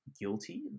guilty